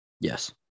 Yes